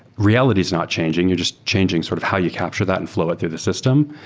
reality is not changing. you're just changing sort of how you capture that and flow it through the system,